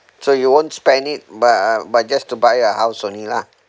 so you won't spend it but but just to buy a house only lah